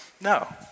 no